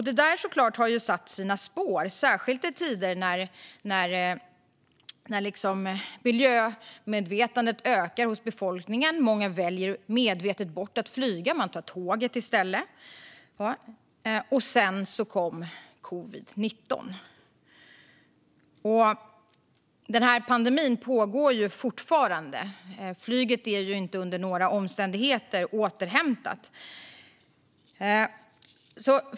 Det har satt sina spår, särskilt i tider när miljömedvetandet ökar hos befolkningen och många medvetet väljer bort att flyga och tar tåget i stället. Sedan kom covid-19. Pandemin pågår fortfarande. Flyget har inte under några omständigheter återhämtat sig.